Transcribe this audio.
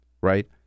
right